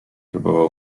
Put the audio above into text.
próbował